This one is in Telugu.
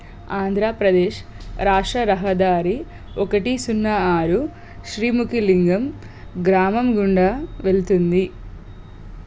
ఆంధ్రప్రదేశ్ రాష్ట్ర రహదారి ఒకటి సున్నా ఆరు శ్రీముఖి లింగం గ్రామం గుండా వెళుతుంది